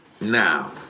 Now